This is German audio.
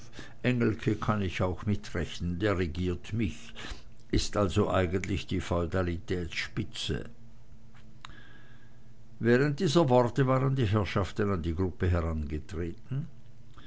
engelke kann ich auch mitrechnen der regiert mich is also eigentlich die feudalitätsspitze während dieser worte waren die herrschaften an die gruppe herangetreten